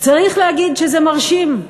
צריך להגיד שזה מרשים,